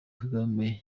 kagame